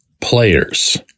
players